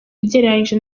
ugereranyije